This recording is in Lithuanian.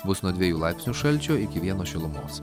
bus nuo dviejų laipsnių šalčio iki vieno šilumos